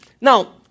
Now